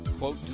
Quote